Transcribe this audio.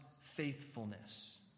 faithfulness